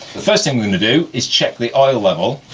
the first thing we're gonna do is check the oil level